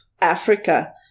Africa